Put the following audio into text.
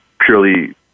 purely